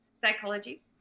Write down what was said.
psychology